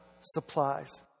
supplies